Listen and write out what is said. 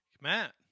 Matt